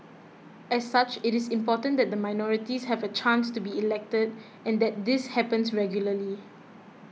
as such it is important that the minorities have a chance to be elected and that this happens regularly